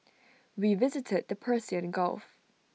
we visited the Persian gulf